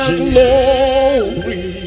glory